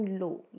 low